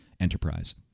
Enterprise